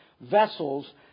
vessels